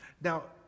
Now